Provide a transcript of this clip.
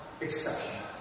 exception